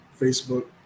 Facebook